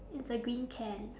it's a green can